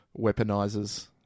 weaponizes